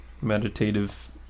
meditative